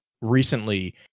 recently